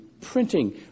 printing